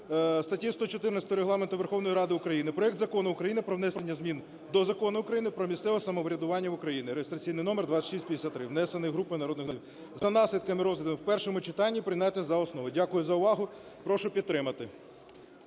статті 114 Регламенту Верховної Ради України проект Закону України про внесення змін до Закону України "Про місцеве самоврядування в Україні" (реєстраційний номер 2653) (внесений групою народних депутатів) за наслідками розгляду в першому читанні прийняти за основу. Дякую за увагу. Прошу підтримати.